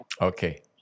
Okay